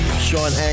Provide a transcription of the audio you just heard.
Sean